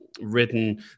written